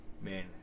Man